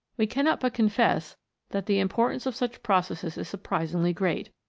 we cannot but confess that the importance of such processes is surprisingly great.